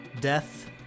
Death